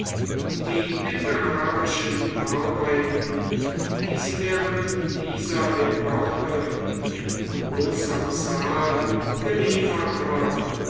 die literarischen arbeiten die sie während dieser epoche in großer zahl geliefert haben